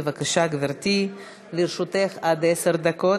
בבקשה, גברתי, לרשותך עד עשר דקות.